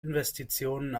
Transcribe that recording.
investitionen